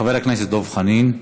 חבר הכנסת דב חנין.